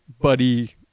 buddy